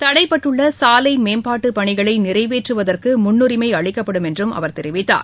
தடைப்பட்டுள்ள சாலை மேம்பாட்டுப் பணிகளை நிறைவேற்றுவதற்கு முன்னுரிமை அளிக்கப்படும் என்றும் அவர் தெரிவித்தார்